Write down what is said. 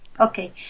Okay